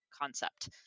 concept